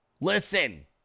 listen